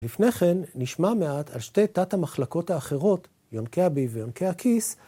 לפני כן, נשמע מעט על שתי תת המחלקות האחרות, יונקי הביב ויונקי הכיס.